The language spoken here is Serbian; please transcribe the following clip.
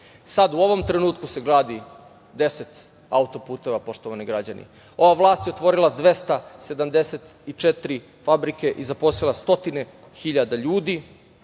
Sad, u ovom trenutku se gradi 10 auto-puteva. Ova vlast je otvorila 274 fabrike i zaposlila stotine hiljada ljudi.